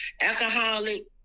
alcoholic